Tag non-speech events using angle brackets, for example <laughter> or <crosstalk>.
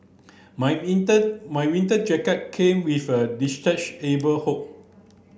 my winter my winter jacket came with a <unintelligible> hood